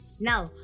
now